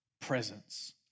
presence